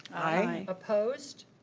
aye. opposed?